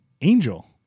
Angel